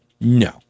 no